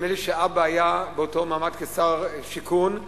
נדמה לי שאבא היה באותו מעמד כשר שיכון,